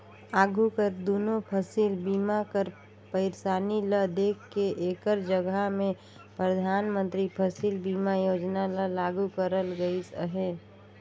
आघु कर दुनो फसिल बीमा कर पइरसानी ल देख के एकर जगहा में परधानमंतरी फसिल बीमा योजना ल लागू करल गइस अहे